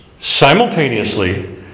simultaneously